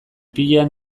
pilean